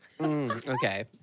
Okay